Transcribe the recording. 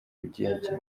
rugege